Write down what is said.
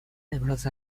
ابراز